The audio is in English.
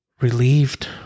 relieved